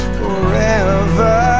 forever